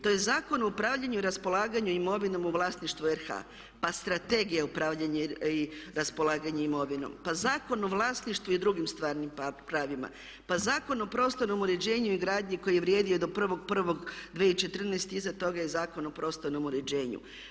To je Zakon o upravljanju i raspolaganju imovinom u vlasništvu RH, pa Strategija upravljanjem i raspolaganjem imovinom, pa Zakon o vlasništvu i drugim stvarnim pravima, pa Zakon o prostornom uređenju i gradnji koji je vrijedio do 1.1.2014., iza toga je Zakon o prostornom uređenju.